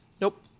Nope